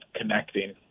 connecting